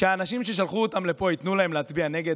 שהאנשים ששלחו אותם לפה, ייתנו להם להצביע נגד?